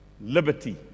liberty